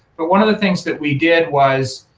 but one of the things that we did was